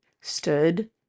stood